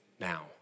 now